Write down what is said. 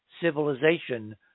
civilization